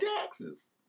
taxes